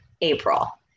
April